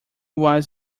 was